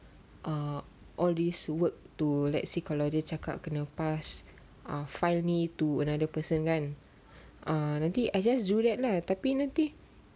uh all these work to let's say kalau dia cakap kena pass err find me to another person kan err jadi I just do that lah tapi nanti